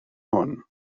hwn